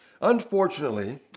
Unfortunately